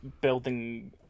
building